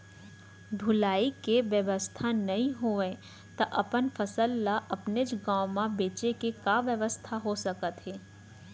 ढुलाई के बेवस्था नई हवय ता अपन फसल ला अपनेच गांव मा बेचे के का बेवस्था हो सकत हे?